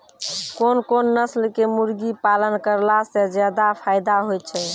कोन कोन नस्ल के मुर्गी पालन करला से ज्यादा फायदा होय छै?